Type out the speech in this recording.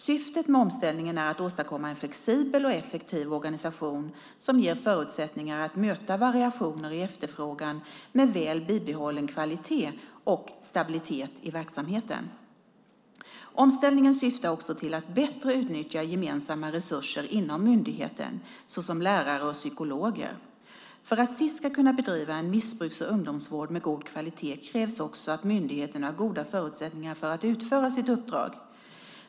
Syftet med omställningen är att åstadkomma en flexibel och effektiv organisation som ger förutsättningar att möta variationer i efterfrågan med väl bibehållen kvalitet och stabilitet i verksamheten. Omställningen syftar också till att bättre utnyttja gemensamma resurser inom myndigheten, såsom lärare och psykologer. För att SiS ska kunna bedriva en missbrukar och ungdomsvård med god kvalitet krävs också att myndigheten har goda förutsättningar för att utföra sitt uppdrag.